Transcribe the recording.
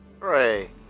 Hooray